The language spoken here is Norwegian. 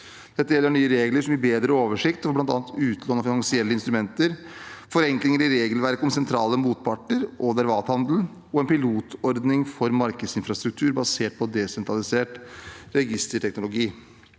Dette gjelder nye regler som vil gi bedre oversikt over bl.a. utlån av finansielle instrumenter, forenklinger i regelverket om sentrale motparter og derivathandel og en pilotordning for markedsinfrastruktur basert på desentralisert registerteknologi.